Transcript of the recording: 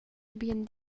bien